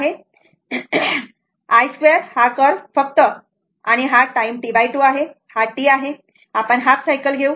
I 2 curve हा curve फक्त आणि हा टाईम T2 आहे हा T आहे आपण हाफ सायकल घेऊ